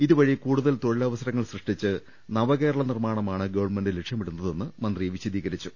ഇതുവഴി കൂടുതൽ തൊഴിൽ അവസരങ്ങൾ സൃഷ്ടിച്ച് നവകേരള നിർമാ ണമാണ് ഗവൺമെന്റ് ലക്ഷ്യമിടുന്നതെന്ന് മന്ത്രി വിശദീകരിച്ചു